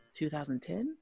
2010